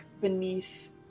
beneath